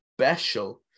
special